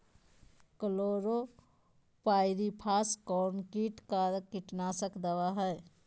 Chlorpyrifos कौन किट का कीटनाशक दवा है?